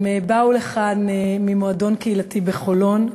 הם באו לכאן ממועדון קהילתי בחולון,